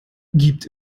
gibt